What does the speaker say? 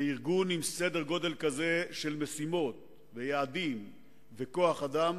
ארגון עם סדר-גודל כזה של משימות, יעדים וכוח-אדם,